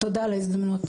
תודה על ההזדמנות.